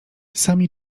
sami